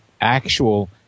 actual